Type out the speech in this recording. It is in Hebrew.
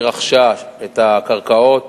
היא רכשה את הקרקעות.